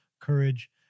courage